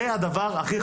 זה הדבר הכי חשוב.